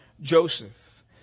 Joseph